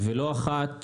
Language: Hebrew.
ולא אחת